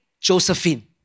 Josephine